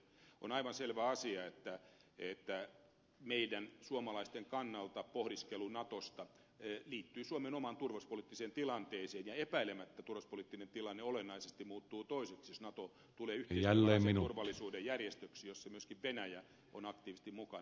on aivan selvä asia että meidän suomalaisten kannalta pohdiskelu natosta liittyy suomen omaan turvallisuuspoliittiseen tilanteeseen ja epäilemättä turvallisuuspoliittinen tilanne olennaisesti muuttuu toiseksi jos nato tulee turvallisuuden järjestöksi jossa myöskin venäjä on aktiivisesti mukana